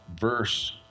verse